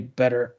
better